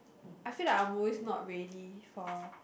I feel like I'm always not ready for